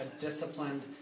disciplined